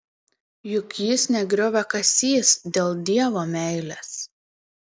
juk jis ne grioviakasys dėl dievo meilės